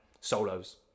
solos